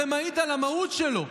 זה מעיד על המהות שלו,